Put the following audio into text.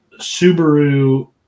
Subaru